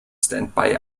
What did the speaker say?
standby